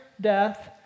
death